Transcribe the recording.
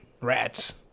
Rats